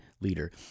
leader